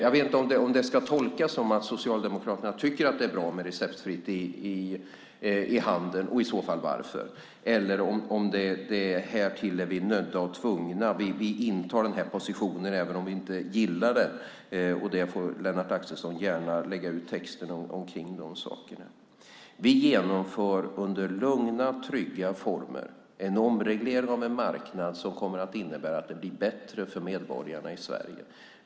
Jag vet inte om det ska tolkas som att Socialdemokraterna tycker att det är bra med receptfritt i handeln och i så fall varför, eller om de härtill är nödda och tvungna och intar den här positionen även om de inte gillar den. Lennart Axelsson får gärna lägga ut texten om det. Vi genomför under lugna och trygga former en omreglering av en marknad som kommer att innebära att det blir bättre för medborgarna i Sverige.